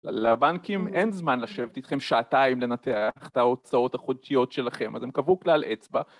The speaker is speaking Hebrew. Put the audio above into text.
לבנקים אין זמן לשבת איתכם שעתיים לנתח את ההוצאות החודשיות שלכם, אז הם קבעו כלל אצבע